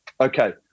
Okay